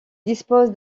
dispose